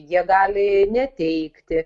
jie gali neteikti